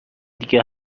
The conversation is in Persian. دیگر